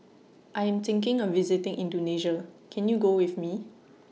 I Am thinking of visiting Indonesia Can YOU Go with Me